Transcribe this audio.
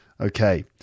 Okay